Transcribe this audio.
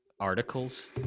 articles